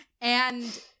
And-